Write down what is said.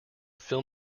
fill